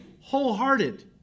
wholehearted